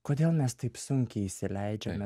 kodėl mes taip sunkiai įsileidžiame